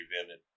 vivid